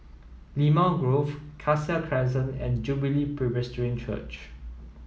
Limau Grove Cassia Crescent and Jubilee Presbyterian Church